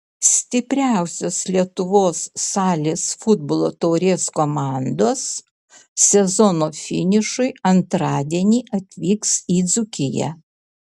stipriausios lietuvos salės futbolo taurės komandos sezono finišui antradienį atvyks į dzūkiją